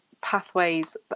pathways